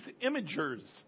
imagers